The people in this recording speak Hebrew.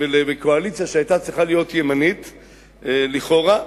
ולקואליציה שהיתה צריכה להיות ימנית לכאורה,